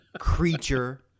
creature